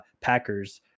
packers